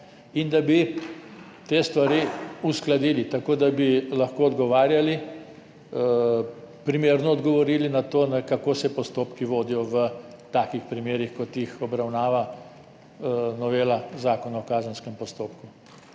in da bi te stvari uskladili tako, da bi lahko odgovarjali, primerno odgovorili na to, kako se postopki vodijo v takih primerih, kot jih obravnava novela Zakona o kazenskem postopku.